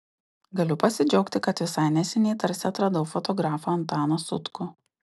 galiu pasidžiaugti kad visai neseniai tarsi atradau fotografą antaną sutkų